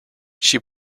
she